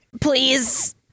Please